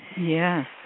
Yes